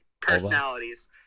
personalities